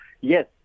yes